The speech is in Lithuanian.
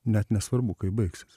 net nesvarbu kaip baigsis